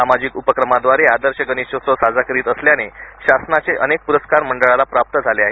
सामाजिक उपक्रमाद्वारे आदर्श गणेशोत्सव साजरा करीत असल्याने शासनाचे पुरस्कार मंडळाने प्राप्त केले आहे